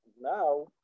now